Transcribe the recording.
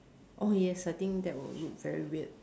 oh yes I think that would look very weird